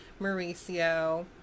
Mauricio